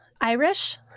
Irish